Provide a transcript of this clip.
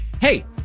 Hey